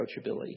approachability